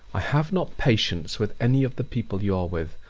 i have not patience with any of the people you are with.